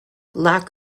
lack